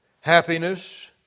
happiness